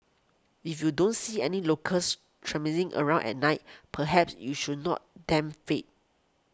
if you don't see any locals traipsing around at night perhaps you should not tempt fate